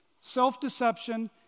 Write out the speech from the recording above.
self-deception